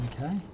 Okay